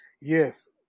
Yes